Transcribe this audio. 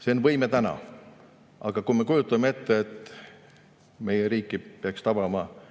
See on võime täna. Aga kui me kujutame ette, et meie riiki peaks tabama mingis